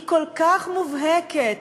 היא כל כך מובהקת,